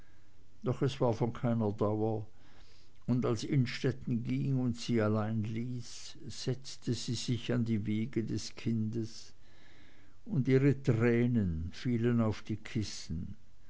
doch es war von keiner dauer und als innstetten ging und sie allein ließ setzte sie sich an die wiege des kindes und ihre tränen fielen auf die kissen